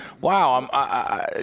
wow